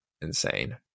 insane